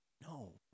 No